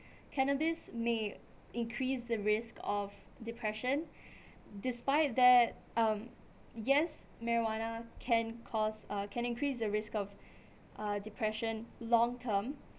cannabis may increase the risk of depression despite that um yes marijuana can cause uh can increase the risk of uh depression long term